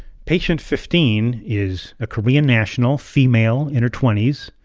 patient fifteen is a korean national female in her twenty s,